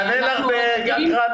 נענה לך על זה גם בהקראת